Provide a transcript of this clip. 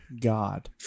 god